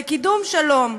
בקידום שלום,